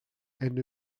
and